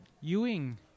Ewing